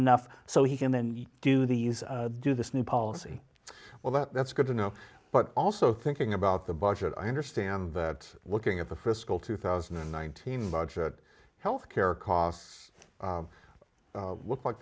enough so he can and do these do this new policy well that's good to know but also thinking about the budget i understand that looking at the fiscal two thousand and nineteen budget health care costs look like